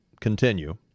continue